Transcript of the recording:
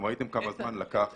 ראיתם כמה זמן לקח